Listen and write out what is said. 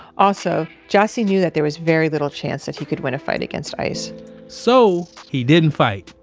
also jassy knew that there was very little chance that he could win a fight against ice so he didn't fight.